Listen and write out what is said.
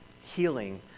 healing